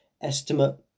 estimate